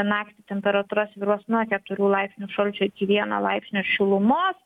naktį temperatūra svyruos nuo keturių laipsnių šalčio iki vieno laipsnio šilumos